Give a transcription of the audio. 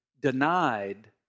denied